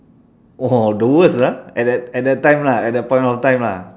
oh hor the worst ah at that at that time lah at that point of time lah